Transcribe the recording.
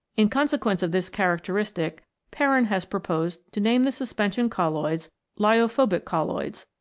in con sequence of this characteristic perrin has proposed to name the suspension colloids lyophobic colloids,